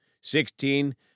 Sixteen